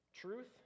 truth